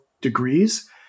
degrees